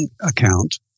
account